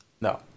no